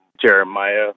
Jeremiah